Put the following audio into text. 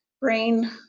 brain